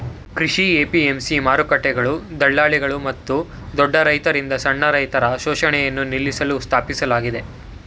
ಕೃಷಿ ಎ.ಪಿ.ಎಂ.ಸಿ ಮಾರುಕಟ್ಟೆಗಳು ದಳ್ಳಾಳಿಗಳು ಮತ್ತು ದೊಡ್ಡ ರೈತರಿಂದ ಸಣ್ಣ ರೈತರ ಶೋಷಣೆಯನ್ನು ನಿಲ್ಲಿಸಲು ಸ್ಥಾಪಿಸಲಾಗಿದೆ